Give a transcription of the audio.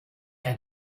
ein